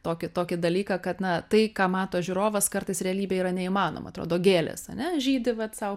tokį tokį dalyką kad na tai ką mato žiūrovas kartais realybėj yra neįmanoma atrodo gėlės an ežydi vat sau